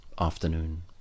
Afternoon